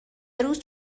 روز